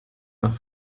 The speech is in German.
nach